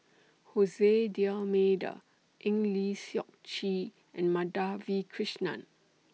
Jose D'almeida Eng Lee Seok Chee and Madhavi Krishnan